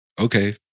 okay